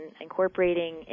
incorporating